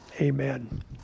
amen